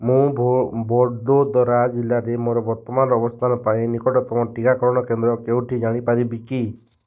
ମୁଁ ଭଦୋଦରା ଜିଲ୍ଲାରେ ମୋର ବର୍ତ୍ତମାନର ଅବସ୍ଥାନ ପାଇଁ ନିକଟତମ ଟିକାକରଣ କେନ୍ଦ୍ର କେଉଁଟି ଜାଣିପାରିବି କି